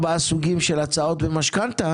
4 סוגים של הצעות במשכנתא